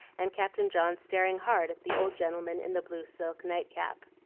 and captain john staring hard at the old gentleman in the blue silk nightcap.